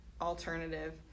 alternative